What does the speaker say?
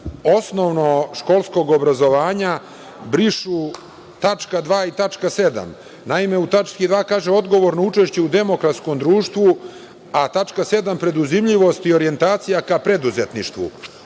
osnovnog školskog obrazovanja brišu tačka 2. i tačka 7.Naime, u tački 2. kaže – odgovorno učešće u demokratskom društvu, a tačka 7. - preduzimljivost i orijentacija ka preduzetništvu.